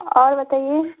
और बताइए